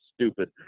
stupid